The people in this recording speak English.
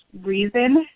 reason